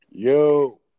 Yo